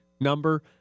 number